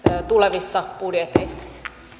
tulevissa budjeteissa